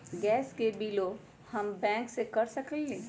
Gas के बिलों हम बैंक से कैसे कर सकली?